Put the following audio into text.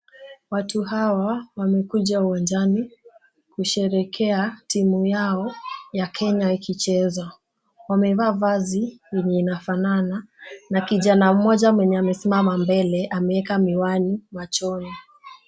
Watu hawa wamekuja uwanjani kusherehekea timu yao ya Kenya ikicheza. Wamevaa vazi, yenye inafanana na kijana mmoja mwenye amesimama mbele, ameeka miwani machoni.